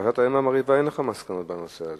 לפחות לגבי האם המרעיבה אין לכם מסקנות בעניין הזה,